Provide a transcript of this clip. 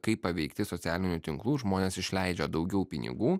kaip paveikti socialinių tinklų žmonės išleidžia daugiau pinigų